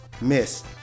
miss